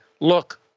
look